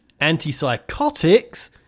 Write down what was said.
Antipsychotics